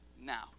now